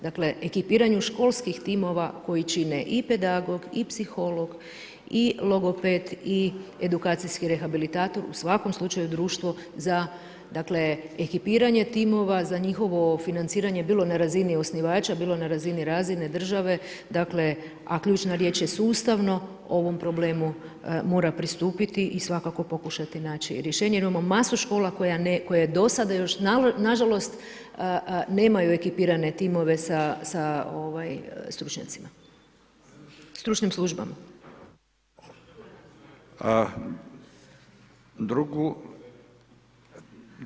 Dakle, ekipiranju školskih timova koji čine i pedagog i psiholog i logoped i edukacijski rehabilitator, u svakom slučaju, društvo za, dakle, ekipiranje timova, za njihovo financiranje bilo na razini osnivača, bilo na razini razine države, dakle, a ključna riječ je sustavno, ovom problemu mora pristupiti i svakako naći rješenje jer imao masu škola koja do sada, nažalost, nemaju ekipirane timove sa stručnjacima, stručnim službama.